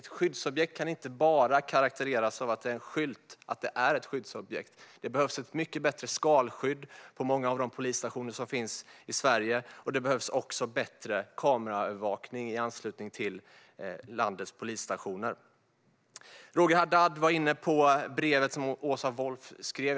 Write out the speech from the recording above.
Ett skyddsobjekt kan inte bara karakteriseras av att det finns en skylt där det står att det är ett skyddsobjekt. Det behövs ett mycket bättre skalskydd för många av polisstationerna i Sverige. Det behövs också bättre kameraövervakning i anslutning till landets polisstationer. Roger Haddad var inne på det brev som Åsa Wulff skrev.